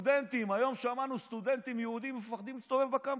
היום שמענו שסטודנטים יהודים מפחדים להסתובב בקמפוס.